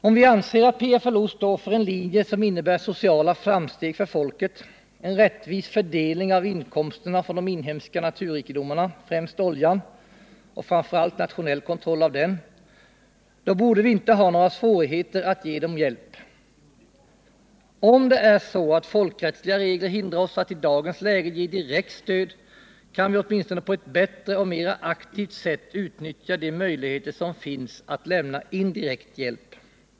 Om vi anser att PFLO står för en linje som innebär sociala framsteg för folket, en rättvis fördelning av inkomsterna från de inhemska naturrikedomarna, främst oljan, och framför allt nationell kontroll av den, borde vi inte ha några svårigheter att ge PFLO hjälp. Om det är så att folkrättsliga regler hindrar oss att i dagens läge ge direkt stöd, kan vi åtminstone på ett bättre och mera aktivt sätt utnyttja de möjligheter som finns att lämna indirekt hjälp.